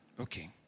Okay